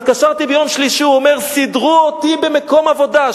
התקשרתי ביום שלישי והוא אמר: סידרו אותי במקום עבודה.